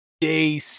day